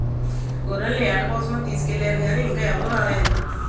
గొర్రెల్ని ఏట కోసమే తీసుకెల్లారు గానీ ఇంకా ఎవరూ రాలేదు